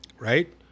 Right